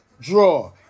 Draw